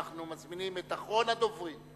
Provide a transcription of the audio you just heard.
אני מזמין את אחרון הדוברים,